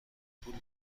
پول